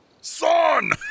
Son